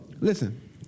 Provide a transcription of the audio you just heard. Listen